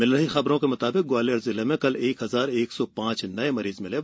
मिल रही खबरों के मुताबिक ग्वालियर जिले में कल एक हजार एक सौ पांच नए मरीज मिले हैं